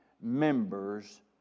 members